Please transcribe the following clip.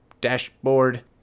dashboard